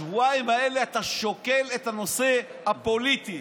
בשבועיים האלה אתה שוקל את הנושא הפוליטי.